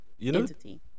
entity